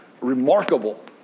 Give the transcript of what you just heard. remarkable